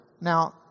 Now